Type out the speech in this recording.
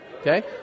okay